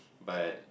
but